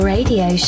Radio